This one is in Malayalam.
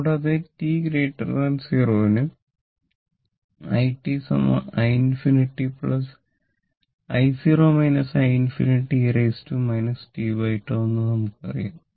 കൂടാതെ t 0 ന് i i∞ i0 i∞ e tτ എന്ന് നമുക്കറിയാം